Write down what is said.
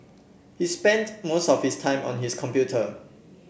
he spent most of his time on his computer